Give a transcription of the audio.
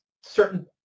certain